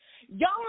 Y'all –